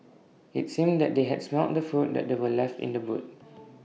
IT seemed that they had smelt the food that they were left in the boot